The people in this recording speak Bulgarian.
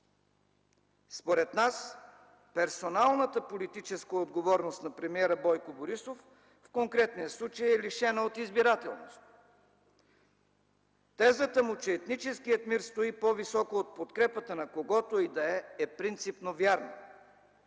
Според нас персоналната политическа отговорност на премиера Бойко Борисов в конкретния случай е лишена от избирателност! Тезата му, че етническият мир стои по-високо от подкрепата на когото и да е, е принципно вярна.